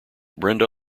brenda